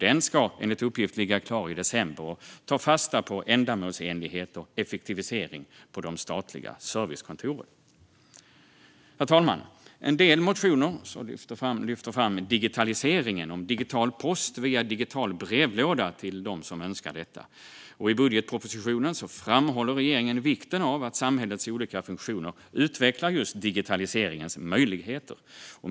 Den ska enligt uppgift ligga klar i december och tar fasta på ändamålsenlighet och effektivisering på de statliga servicekontoren. Herr talman! En del motioner lyfter fram digitaliseringen och digital post via digital brevlåda till dem som önskar detta. I budgetpropositionen framhåller regeringen vikten av att samhällets olika funktioner utvecklar digitaliseringens möjligheter.